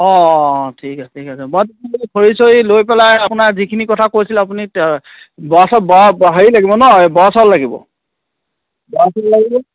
অঁ অঁ অঁ ঠিক আছে ঠিক আছে মই তেতিয়াহ'লে খৰি চৰি লৈ পেলাই আপোনাৰ যিখিনি কথা কৈছিলে আপুনি বৰা চাউল বৰা বৰা হেৰি লাগিব ন এই বৰা চাউল লাগিব বৰা চাউল লাগিব